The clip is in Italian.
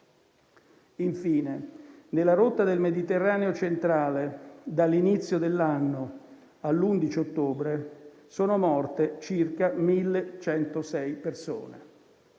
Infine, nella rotta del Mediterraneo centrale, dall'inizio dell'anno all'11 ottobre, sono morte circa 1.106 persone.